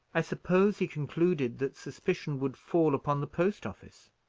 i suppose he concluded that suspicion would fall upon the post-office.